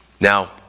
Now